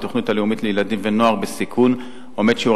בתוכנית הלאומית לילדים ונוער בסיכון עומד שיעור